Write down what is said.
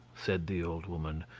said the old woman,